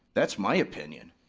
that's my opinion.